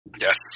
Yes